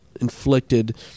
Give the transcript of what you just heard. inflicted